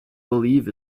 believe